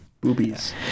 Boobies